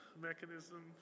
mechanism